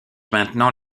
maintenant